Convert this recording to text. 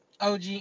OG